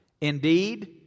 Indeed